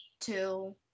two